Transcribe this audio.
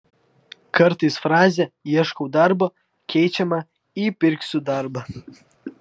kartais frazė ieškau darbo keičiama į pirksiu darbą